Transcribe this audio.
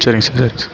சரிங் சார்